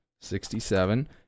Sixty-seven